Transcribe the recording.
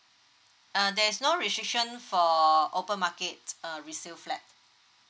uh there is no restriction for open market err resale flat